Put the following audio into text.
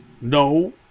No